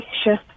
sure